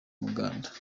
muganda